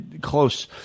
close